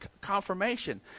confirmation